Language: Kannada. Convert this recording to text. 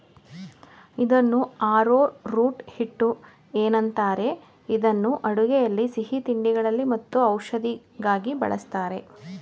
ಇದನ್ನು ಆರೋರೂಟ್ ಹಿಟ್ಟು ಏನಂತಾರೆ ಇದನ್ನು ಅಡುಗೆಯಲ್ಲಿ ಸಿಹಿತಿಂಡಿಗಳಲ್ಲಿ ಮತ್ತು ಔಷಧಿಗಾಗಿ ಬಳ್ಸತ್ತರೆ